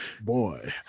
boy